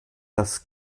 das